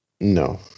No